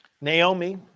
Naomi